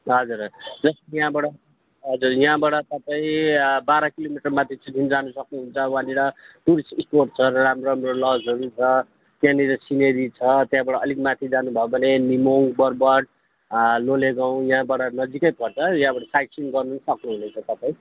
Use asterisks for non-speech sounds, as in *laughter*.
हजुर ह *unintelligible* यहाँबाट हजुर यहाँबाट तपाईँ बाह्र किलोमिटर माथि *unintelligible* जानसक्नुहुन्छ वहाँनिर टुरिस्ट स्पोट छ र राम्रोराम्रो लजहरू पनि छ त्यहाँनिर सिनेरी छ त्यहाँबाट अलिक माथि जानु भयो भने निम्बोङ बरबोट लोलेगाउँ यहाँबाट नजिकै पर्छ यहाँबाट साइटसिन गर्नु पनि सक्नुहुनेछ तपाईँ